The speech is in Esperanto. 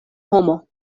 homo